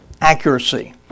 accuracy